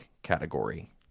category